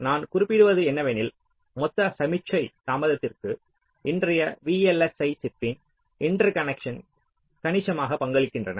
நான் குறிப்பிடுவது என்னவெனில் மொத்த சமிக்ஞை தாமதத்திற்கு இன்றைய VLSI சிப்பின் இன்டர்கனெக்ட்ஸ் கணிசமாக பங்களிக்கின்றன